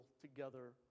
together